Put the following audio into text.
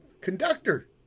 conductor